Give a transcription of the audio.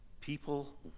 People